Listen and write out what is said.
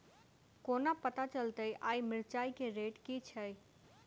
कोना पत्ता चलतै आय मिर्चाय केँ रेट की छै?